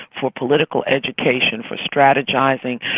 for political education, for strategising,